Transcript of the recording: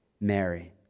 Mary